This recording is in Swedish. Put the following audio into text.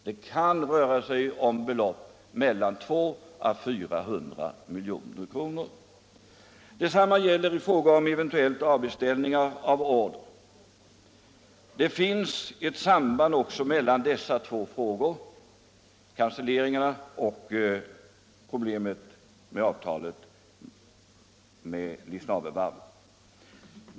Det kan röra sig om belopp på mellan 200 och 400 milj.kr. Detsamma gäller i fråga om eventuella avbeställningar i år. Det finns ett samband mellan dessa två frågor — avbeställningarna och avtalet med Lisnavevarvet.